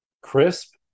crisp